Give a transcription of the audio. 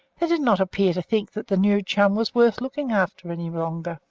they did not appear to think that the new chum was worth looking after any longer.